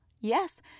yes